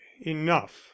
enough